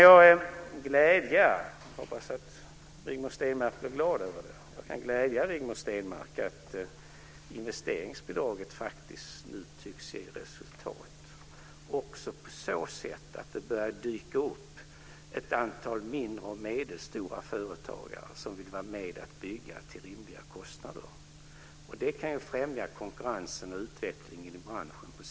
Jag kan glädja Rigmor Stenmark - jag hoppas att hon blir glad över det - med att investeringsbidraget nu faktiskt tycks ge resultat också på så sätt att det börjar dyka upp ett antal mindre och medelstora företagare som vill vara med och bygga till rimliga kostnader. Det kan främja konkurrensen och utvecklingen i branschen på sikt.